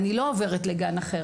אני לא עוברת לגן אחר.